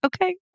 Okay